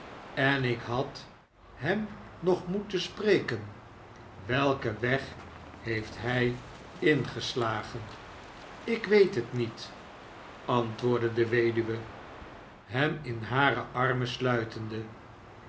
en ik had hem nog moeten spreken welken weg heeft hij ingeslagen slk weet het niet antwoordde de vveduwe hem in hare armen sluitende